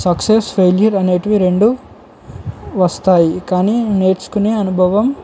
success failure అనేటివి రెండు వస్తాయి కానీ నేర్చుకునే అనుభవం